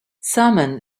salmon